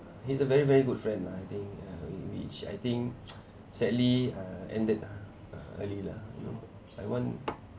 he's a very very good friend lah I think err which I think sadly uh ended ah early lah you know I want